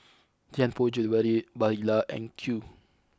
Tianpo Jewellery Barilla and Qoo